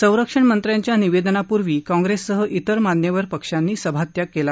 संरक्षण मंत्र्यांच्या निवेदनापूर्वी काँग्रेससह विर मान्यवर पक्षांनी सभात्याग केला